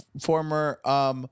former